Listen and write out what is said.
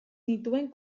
nituen